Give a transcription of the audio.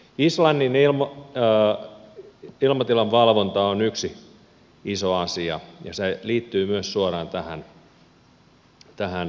islannin ilmatilan valvonta on yksi iso asia ja se liittyy myös suoraan tähän